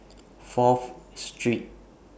Fourth Street